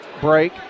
break